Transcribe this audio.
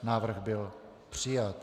Návrh byl přijat.